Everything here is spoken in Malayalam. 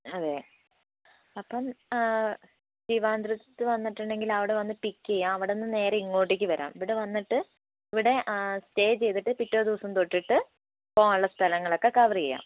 അതെ അപ്പം ആഹ് ട്രിവാൻട്രത്ത് വന്നിട്ടുണ്ടെങ്കിൽ അവിടെ വന്ന് പിക്ക് ചെയാം അവിടെ നിന്ന് നേരെ ഇങ്ങോട്ടേയ്ക്ക് വരാം ഇവിടെ വന്നിട്ട് ഇവിടെ സ്റ്റേ ചെയ്തിട്ട് പിറ്റേ ദിവസംതൊട്ടിട്ട് പോകാനുള്ള സ്ഥലങ്ങൾ ഒക്കെ കവർ ചെയ്യാം